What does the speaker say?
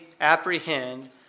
apprehend